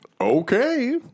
okay